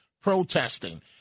protesting